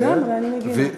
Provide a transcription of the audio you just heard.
הגנו, אני מגינה.